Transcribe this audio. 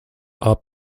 are